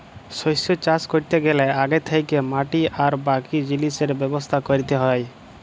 শস্য চাষ ক্যরতে গ্যালে আগে থ্যাকেই মাটি আর বাকি জিলিসের ব্যবস্থা ক্যরতে হ্যয়